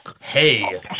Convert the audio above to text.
Hey